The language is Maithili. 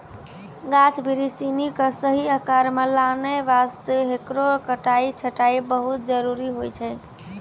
गाछ बिरिछ सिनि कॅ सही आकार मॅ लानै वास्तॅ हेकरो कटाई छंटाई बहुत जरूरी होय छै